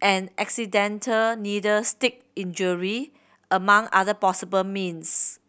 and accidental needle stick injury among other possible means